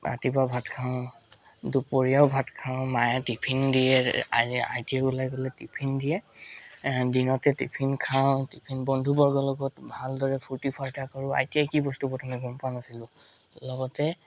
ৰাতিপুৱা ভাত খাওঁ দুপৰীয়াও ভাত খাওঁ মায়ে টিফিন দিয়ে I T I T I ওলাই গ'লে টিফিন দিয়ে দিনতে টিফিন খাওঁ টিফিন ভালদৰে বন্ধুবৰ্গৰ লগত ভালদৰে ফূৰ্তি ফাৰ্তা কৰোঁ আই টি আই কি বস্তু প্ৰথমে গম পোৱা নাছিলোঁ লগতে